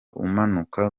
umanuka